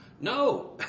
No